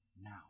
now